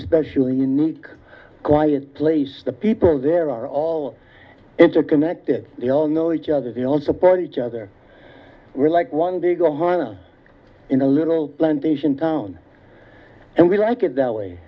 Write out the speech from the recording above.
special unique quiet place the people there are all interconnected they all know each other the all support each other we're like one big ohio in a little plantation town and we like it that way